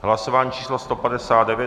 Hlasování číslo 159.